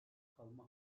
kalma